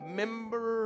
member